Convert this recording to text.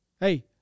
Hey